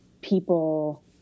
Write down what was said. people